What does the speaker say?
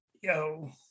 yo